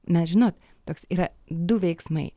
nes žinot toks yra du veiksmai